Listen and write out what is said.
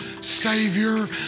savior